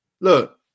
Look